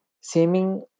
seeming